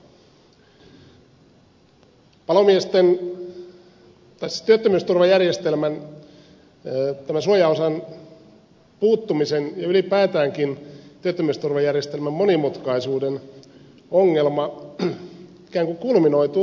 työttömyysturvajärjestelmän suojaosan puuttumisen ja ylipäätäänkin työttömyysturvajärjestelmän monimutkaisuuden ongelma ikään kuin kulminoituu tässä asiassa